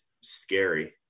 scary